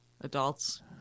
adults